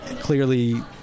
clearly